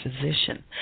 physician